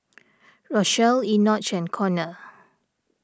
Rochelle Enoch and Konner